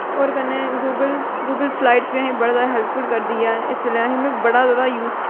होर कन्नै Google Google slides बी असें बड़ा ज्यादा हैल्पफुल करदी ऐ इस बेल्लै असेंगी में बड़ा ज्यादा यूज